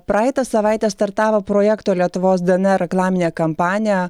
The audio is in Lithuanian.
praeitą savaitę startavo projekto lietuvos dnr reklaminė kampanija